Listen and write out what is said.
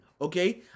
okay